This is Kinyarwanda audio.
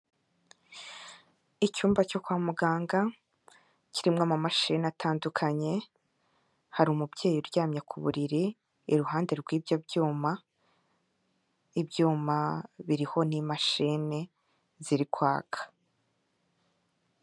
Icyumba cyo kwa muganga kirimo amamashini atandukanye, hari umubyeyi uryamye ku buriri iruhande rw'ibyo byuma, ibyuma biriho n'imashini ziri kwaka.